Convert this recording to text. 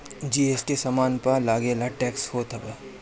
GST सामान पअ लगेवाला टेक्स होत हवे